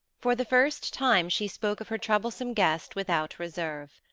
for the first time she spoke of her troublesome guest without reserve.